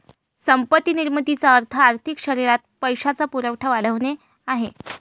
संपत्ती निर्मितीचा अर्थ आर्थिक शरीरात पैशाचा पुरवठा वाढवणे आहे